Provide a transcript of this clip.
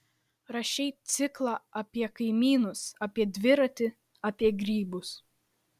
rašei ciklą apie kaimynus apie dviratį apie grybus